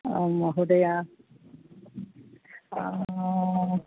आम् महोदय